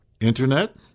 internet